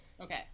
Okay